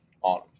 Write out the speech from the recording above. on